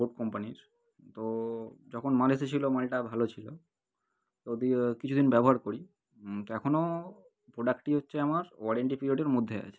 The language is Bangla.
বোট কোম্পানির তো যখন মাল এসেছিলো মালটা ভালো ছিলো ও তো দিয়ে কিছু দিন ব্যবহার করি এখনো প্রোডাক্টটি হচ্ছে আমার ওয়ারেন্টি পিরিয়ডের মধ্যে আছে